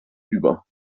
über